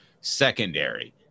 secondary